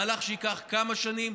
מהלך שייקח כמה שנים,